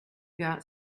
got